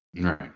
Right